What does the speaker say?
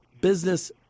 business